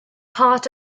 part